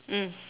mm